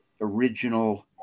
original